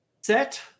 Set